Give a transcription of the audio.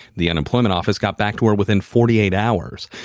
the unemployment office got back to her within forty eight hours,